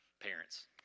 Parents